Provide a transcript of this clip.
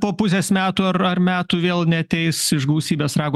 po pusės metų ar ar metų vėl neateis iš gausybės rago